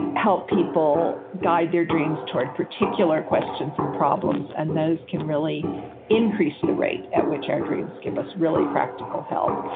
help people guide their dreams toward particular questions and problems and those can really increase the rate at which our dreams give us really practical help.